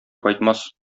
кайтмас